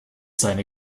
seine